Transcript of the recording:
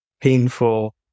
painful